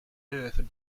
earth